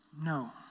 no